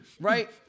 right